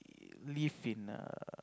live in a